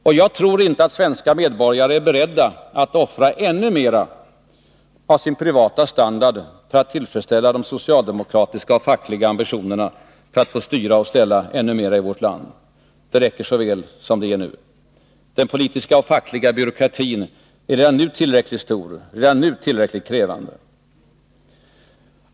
Och jag tror inte att svenska medborgare är beredda att offra ännu mera av sin privata standard för att tillfredsställa de socialdemokratiska och fackliga ambitionerna att få styra och ställa ännu mera i vårt land. Det räcker så väl som det är nu. Den politiska och fackliga byråkratin är redan nu tillräckligt stor, redan nu tillräckligt krävande.